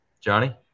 Johnny